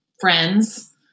friends